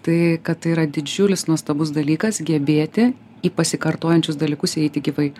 tai kad tai yra didžiulis nuostabus dalykas gebėti į pasikartojančius dalykus įeiti gyvai